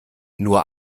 nur